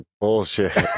bullshit